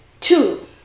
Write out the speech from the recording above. two